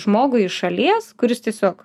žmogui iš šalie kuris tiesiog